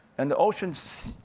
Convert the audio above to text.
and the ocean,